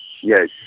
Yes